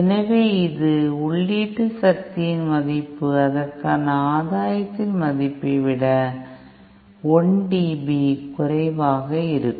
எனவே இது உள்ளீட்டு சக்தியின் மதிப்பு அதற்கான ஆதாயத்தின் மதிப்பைவிட 1 dB குறைவாக இருக்கும்